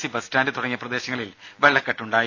C bus stand തുടങ്ങിയ പ്രദേശങ്ങളിൽ വെള്ളക്കെട്ട് ഉണ്ടായി